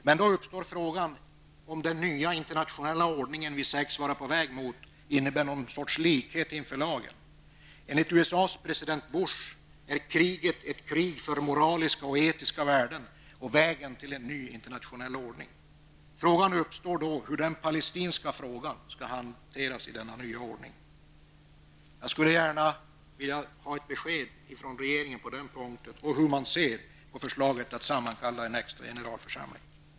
Men då uppstår frågan om den nya internationella ordningen vi sägs vara på väg mot innebär någon sorts likhet inför lagen. Enligt USAs president Bush är kriget ett krig för moraliska och etiska värden och vägen till en ny internationell ordning. Undran uppstår då hur den palestinska frågan skall hanteras i denna nya ordning. Jag skulle gärna vilja ha ett besked från regeringen om hur man ser på förslaget att sammankalla en extra generalförsamling.